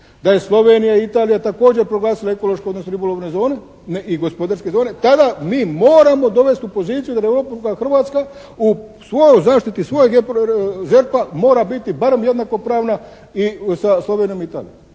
da je Slovenija i Italija također proglasila ekološko, odnosno ribolovne zone i gospodarske zone tada mi moramo dovesti u poziciju Europu da Hrvatska u svojoj, u zaštiti svojeg ZERP-a mora biti barem jednakopravna i sa Slovenijom i Italijom.